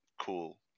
cool